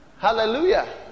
hallelujah